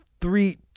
three